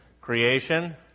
creation